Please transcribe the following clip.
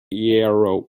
iero